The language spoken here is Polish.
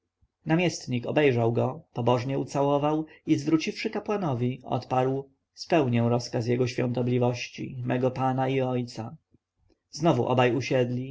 namiestnik obejrzał go pobożnie ucałował i zwróciwszy kapłanowi odparł spełnię rozkazy jego świątobliwości mego pana i ojca znowu obaj usiedli